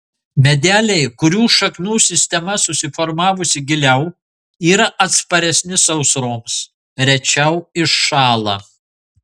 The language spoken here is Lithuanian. medeliai kurių šaknų sistema susiformavusi giliau yra atsparesni sausroms rečiau iššąla